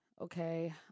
okay